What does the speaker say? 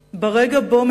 ברגע הישמע הבשורה,